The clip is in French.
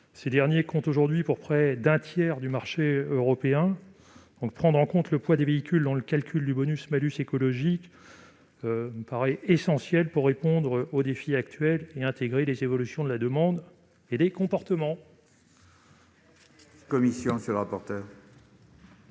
Ces derniers comptent aujourd'hui pour près d'un tiers du marché européen ; prendre en compte le poids des véhicules dans le calcul du bonus-malus écologique paraît donc essentiel pour répondre aux défis actuels et intégrer les évolutions de la demande et des comportements. Quel est l'avis de la